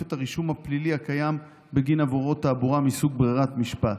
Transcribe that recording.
את הרישום הפלילי הקיים בגין עבירות תעבורה מסוג ברירת משפט.